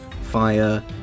fire